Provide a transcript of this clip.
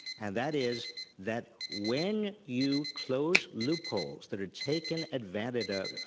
and that is that when you close loopholes that are taken advantage of,